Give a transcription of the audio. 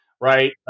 Right